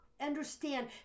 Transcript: understand